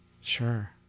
Sure